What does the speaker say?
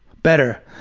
better.